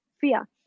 fear